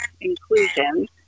inclusion